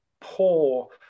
poor